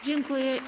Dziękuję.